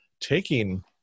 taking